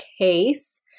case